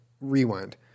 rewind